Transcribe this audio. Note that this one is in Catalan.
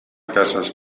casas